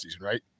right